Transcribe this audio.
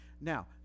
Now